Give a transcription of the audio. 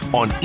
on